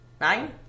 nine